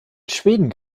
schweden